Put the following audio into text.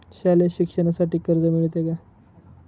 शालेय शिक्षणासाठी कर्ज मिळते का?